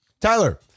Tyler